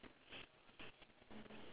ya